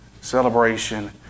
Celebration